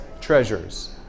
treasures